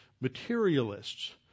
materialists